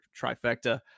trifecta